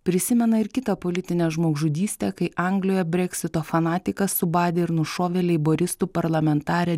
prisimena ir kitą politinę žmogžudystę kai anglijoje breksito fanatikas subadė ir nušovė leiboristų parlamentarę